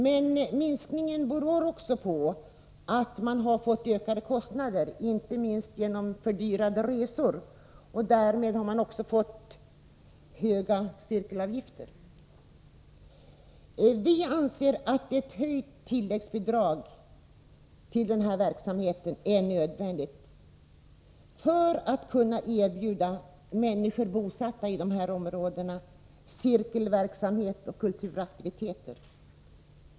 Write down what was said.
Men minskningen beror också på ökade kostnader inte minst genom fördyrade resor. Därmed har man också fått höga cirkelavgifter. Vi anser att ett höjt tilläggsbidrag till denna verksamhet är nödvändigt för att kunna erbjuda människor bosatta i dessa områden cirkelverksamhet och kulturaktiviteter.